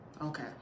Okay